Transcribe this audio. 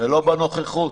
ולא בנוכחות.